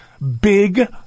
big